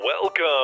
Welcome